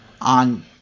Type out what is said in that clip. on